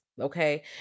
Okay